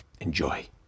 Enjoy